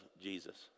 Jesus